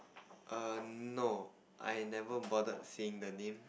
err no I've never bother seeing the name